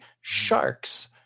sharks